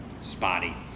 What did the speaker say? Spotty